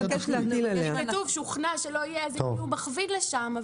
זה מכווין לשם,